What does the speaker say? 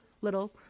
little